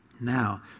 Now